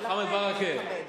מוחמד ברכה,